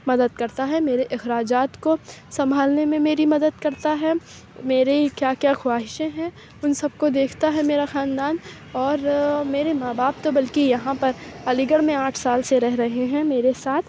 مدد کرتا ہے میرے اخراجات کو سنبھالنے میں میری مدد کرتا ہے میرے ہی کیا کیا خواہشیں ہیں اُن سب کو دیکھتا ہے میرا خاندان اور میرے ماں باپ تو بلکہ یہاں پر علی گڑھ میں آٹھ سال سے رہ رہے ہیں میرے ساتھ